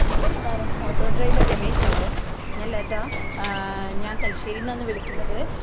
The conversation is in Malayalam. നമസ്കാരം ഓട്ടോ ഡ്രൈവർ രമേശ് അല്ലേ ഞാൻ ലതാ ഞാൻ തലശ്ശേരിയിൽ നിന്ന് വിളിക്കുന്നത്